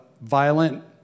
violent